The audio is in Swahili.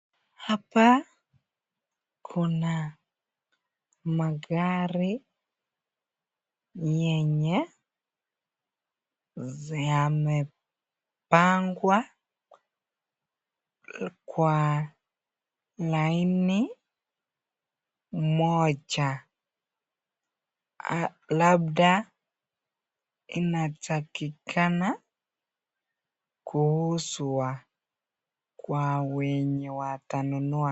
Hapa kuna magari zenye zimepangwa kwa laini moja. Labda inatakikana kuuzwa kwa wenye watanunua.